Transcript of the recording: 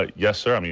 ah yes sir, i mean